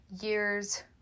years